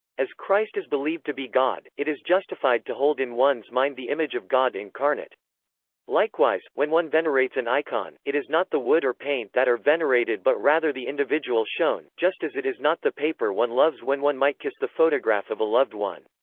as christ is believed to be god, it is justified to hold in one's mind the image of god-incarnate. likewise, when one venerates an icon, it is not the wood or paint that are venerated but rather the individual shown, just as it is not the paper one loves when one might kiss the photograph of a loved one.